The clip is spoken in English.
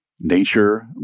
nature